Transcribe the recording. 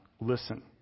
Listen